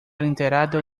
enterrado